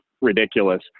ridiculous